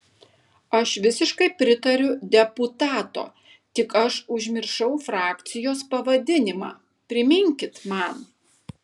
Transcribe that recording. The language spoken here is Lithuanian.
aš visiškai pritariu deputato tik aš užmiršau frakcijos pavadinimą priminkit man